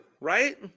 right